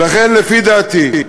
ולכן, לפי דעתי,